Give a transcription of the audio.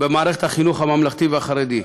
במערכת החינוך הממלכתי החרדי.